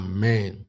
Amen